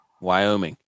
Wyoming